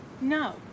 No